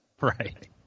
Right